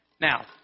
Now